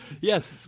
yes